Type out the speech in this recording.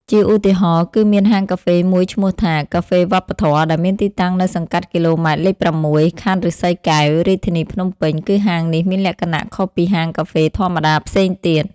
ជាឧទាហរណ៍ គឺមានហាងកាហ្វេមួយឈ្មោះថា “កាហ្វេវប្បធម៌” ដែលមានទីតាំងនៅសង្កាត់គីឡូម៉ែត្រ លេខ៦ ខណ្ឌឫស្សីកែវ រាជធានីភ្នំពេញ គឺហាងនេះមានលក្ខណៈខុសពីហាងកាហ្វេធម្មតាផ្សេងទៀត។